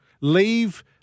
Leave